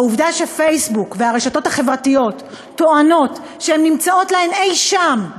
העובדה שפייסבוק והרשתות החברתיות טוענות שהן נמצאות להן אי-שם,